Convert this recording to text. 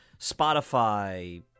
Spotify